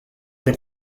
été